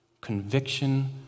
conviction